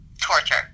Torture